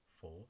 four